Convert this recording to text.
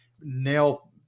nail